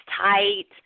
tight